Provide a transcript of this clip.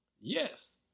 Yes